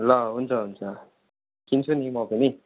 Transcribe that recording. ल हुन्छ हुन्छ किन्छु नि म पनि